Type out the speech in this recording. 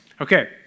Okay